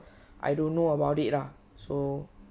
I don't know about it lah so